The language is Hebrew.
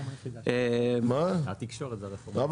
התקשורת --- מה?